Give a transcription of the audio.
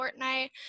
Fortnite